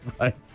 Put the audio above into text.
right